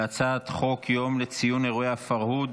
על הצעת חוק יום לציון אירועי הפרהוד,